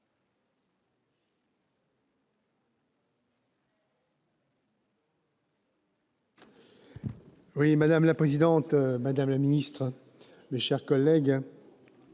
Madame la présidente, madame la ministre, mes chers collègues,